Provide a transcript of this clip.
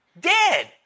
Dead